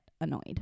annoyed